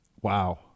wow